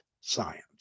science